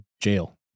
jail